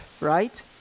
right